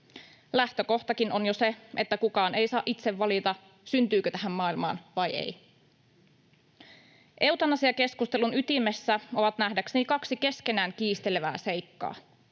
Lähtökohtakin on jo se, että kukaan ei saa itse valita, syntyykö tähän maailmaan vai ei. Eutanasiakeskustelun ytimessä ovat nähdäkseni kaksi keskenään kiistelevää seikkaa: